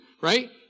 right